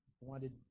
wanted